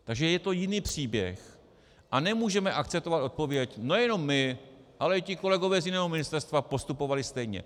Takže je to jiný příběh a nemůžeme akceptovat odpověď: Nejenom my, ale i kolegové z jiného ministerstva postupovali stejně.